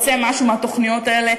יצא משהו מהתוכניות האלה.